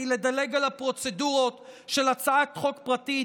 לדלג על הפרוצדורות של הצעת חוק פרטית,